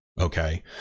okay